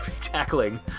tackling